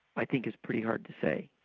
i think is pretty hard to say.